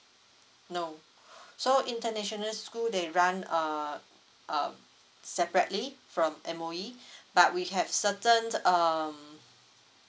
no so international school they run uh um separately from M_O_E but we have certain um